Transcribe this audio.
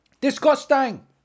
Disgusting